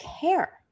care